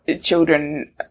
children